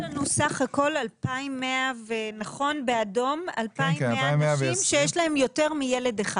יש לנו בסך הכול 2,120, שיש להם יותר מילד אחד.